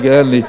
כרגע אין לי.